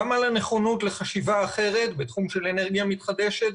גם על הנכונות לחשיבה אחרת בתחום של אנרגיה מתחדשת,